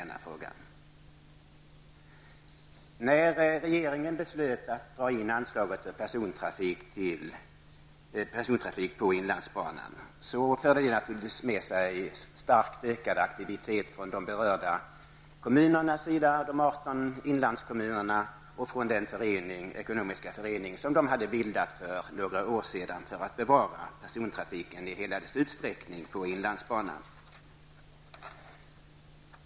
När regeringen beslöt att dra in anslaget till persontrafiken på inlandsbanan, förde det naturligtvis med sig en starkt ökad aktivitet hos de 18 berörda inlandskommunerna och från den ekonomiska förening som dessa för några år sedan hade bildat i syfte att bevara persontrafiken på inlandsbanan i hela dess utsträckning.